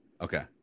Okay